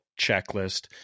checklist